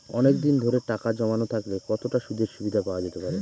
অনেকদিন ধরে টাকা জমানো থাকলে কতটা সুদের সুবিধে পাওয়া যেতে পারে?